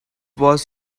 was